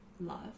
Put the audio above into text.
love